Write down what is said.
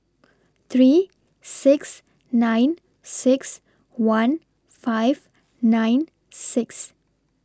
three six nine six one five nine six